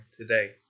today